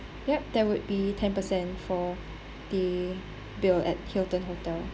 yup there will be ten percent for the bill at hilton hotel